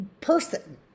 person